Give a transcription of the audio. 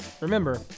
Remember